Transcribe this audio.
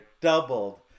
doubled